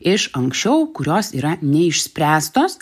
iš anksčiau kurios yra neišspręstos